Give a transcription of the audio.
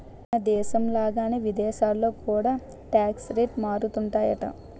మనదేశం లాగానే విదేశాల్లో కూడా టాక్స్ రేట్లు మారుతుంటాయట